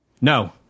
No